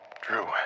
Drew